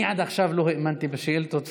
אני עד עכשיו לא האמנתי בשאילתות.